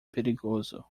perigoso